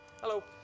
Hello